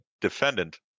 defendant